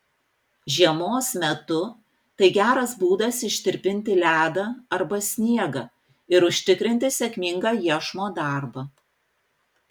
žiemos metu tai geras būdas ištirpinti ledą arba sniegą ir užtikrinti sėkmingą iešmo darbą